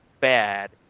bad